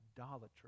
idolatry